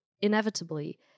inevitably